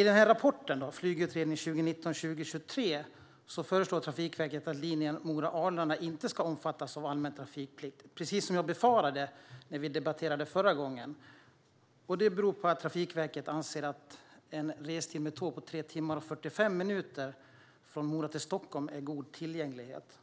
I rapporten Flygutredning 2019 - 2023 föreslår Trafikverket att linjen Mora-Arlanda inte ska omfattas av allmän trafikplikt, precis som jag befarade när vi debatterade förra gången. Det beror på att Trafikverket anser att en restid med tåg på 3 timmar och 45 minuter från Mora till Stockholm innebär god tillgänglighet.